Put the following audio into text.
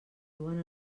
duen